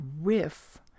riff